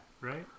right